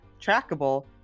trackable